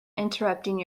interrupting